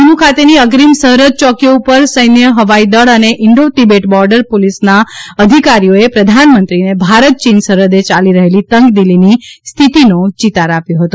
નિમુ ખાતેની અગ્રીમ સરહૃદ ચોકીઓ ઉપર સૈન્ય હવાઈ દળ અને ઈન્ઠો તિબેટ બોર્ડર પુલીસના અધિકારીઓ એ પ્રધાન મંત્રીને ભારત ચીન સરહદે ચાલી રહેલી તંગદિલી ની સ્થિતિનો ચિતાર આપ્યો હતો